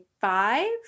five